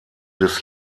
des